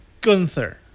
Gunther